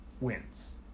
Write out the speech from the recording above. wins